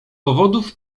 powodów